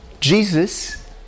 Jesus